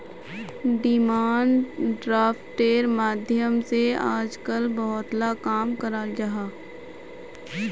demand ड्राफ्टेर माध्यम से आजकल बहुत ला काम कराल जाहा